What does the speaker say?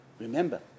Remember